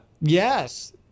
Yes